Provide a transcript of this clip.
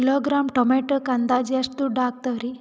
Kilogram ಟೊಮೆಟೊಕ್ಕ ಅಂದಾಜ್ ಎಷ್ಟ ದುಡ್ಡ ಅಗತವರಿ?